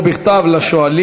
או בכתב לשואלים.